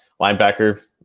linebacker